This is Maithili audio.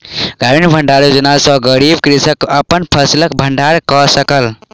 ग्रामीण भण्डारण योजना सॅ गरीब कृषक अपन फसिलक भण्डारण कय सकल